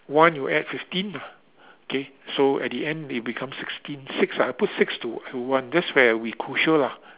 one you add fifteen lah K so at the end it become sixteen six ah I put six to to one that's where we crucial lah